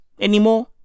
anymore